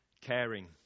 caring